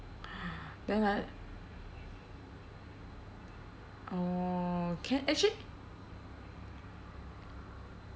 then like that orh can actually